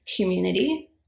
community